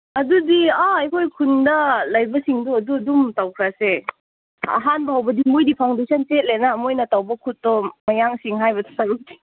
ꯑꯗꯨꯗꯤ ꯑꯥ ꯑꯩꯈꯣꯏ ꯈꯨꯟꯗ ꯂꯩꯕꯁꯤꯡꯗꯨ ꯑꯗꯨ ꯑꯗꯨꯝ ꯇꯧꯈ꯭ꯔꯁꯦ ꯑꯍꯥꯟꯕ ꯍꯧꯕꯗꯤ ꯃꯣꯏꯗꯤ ꯐꯥꯎꯟꯗꯦꯁꯟ ꯆꯦꯠꯂꯦꯅ ꯃꯣꯏꯅ ꯇꯧꯕ ꯈꯨꯠꯇꯣ ꯃꯌꯥꯡꯁꯤꯡ ꯍꯥꯏꯕ ꯁꯔꯨꯛꯇꯤ